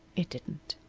it didn't.